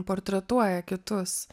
portretuoja kitus